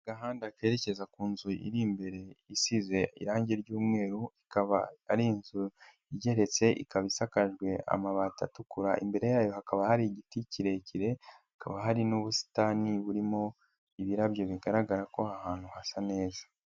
Agahandada kerekeza ku nzu iri imbere isize irangi ry'umweru, ikaba ari inzu igeretse, ikaba isakajwe amabati atukura, imbere yayo hakaba hari igiti kirekire, hakaba hari n'ubusitani burimo ibirabyo bigaragara ko ahantu hasa neza.